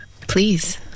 Please